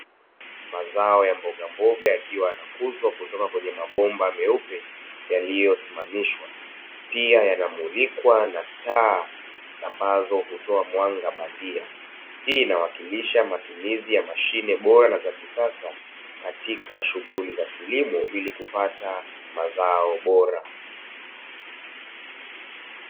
Mazao ya mbogamboga yakiwa yamekuzwa kutoka kwenye mabomba meupe yaliyosimamishwa pia yanamulikwa na taa ambazo hutoa mwanga bandia, hii inawakilisha matumizi ya mashine bora na za kisasa katika shughuli za kilimo ili kupata mazao bora.